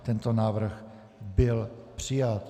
Tento návrh byl přijat.